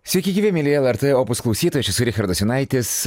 sveiki gyvi mieli lrt opus klausytojai aš esu richardas jonaitis